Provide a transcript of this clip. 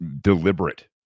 deliberate